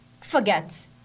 forget